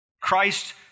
Christ